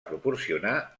proporcionar